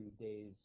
days